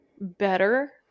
better